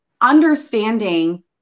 understanding